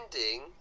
ending